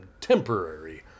temporary